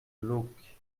glauques